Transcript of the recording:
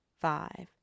five